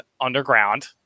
underground